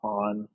on